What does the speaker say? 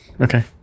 okay